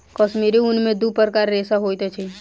कश्मीरी ऊन में दू प्रकारक रेशा होइत अछि